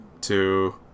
two